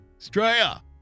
Australia